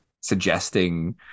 suggesting